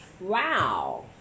wow